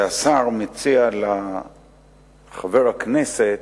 שהשר מציע לחבר הכנסת: